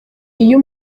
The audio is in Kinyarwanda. iyo